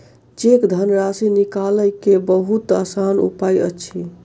cheque धनराशि निकालय के बहुत आसान उपाय अछि